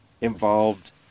involved